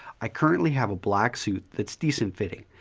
i currently have a black suit that's decent-fitting,